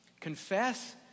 confess